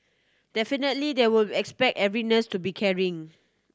definitely they will expect every nurse to be caring